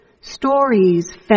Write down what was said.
Stories